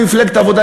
ממפלגת העבודה,